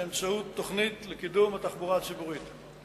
באמצעות תוכנית לקידום התחבורה הציבורית.